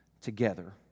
together